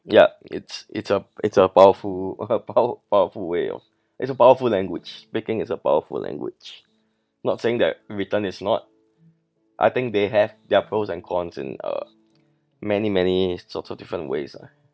ya it's it's a it's a powerful a pow~ powerful way of it's a powerful language speaking is a powerful language not saying that written is not I think they have their pros and cons in uh many many sorts of different ways ah